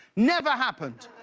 never happened!